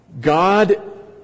God